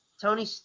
Tony